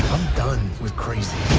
done with crazy